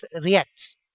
reacts